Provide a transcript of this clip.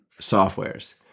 softwares